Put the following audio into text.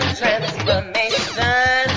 transformation